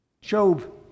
Job